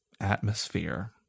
atmosphere